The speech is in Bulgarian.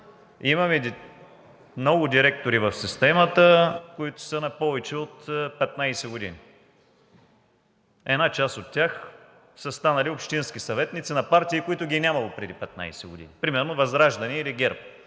имаме много директори в системата, които са на повече от 15 години. Една част от тях са станали общински съветници на партии, които ги е нямало преди 15 години, примерно ВЪЗРАЖДАНЕ или ГЕРБ